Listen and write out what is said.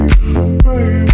baby